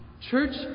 Church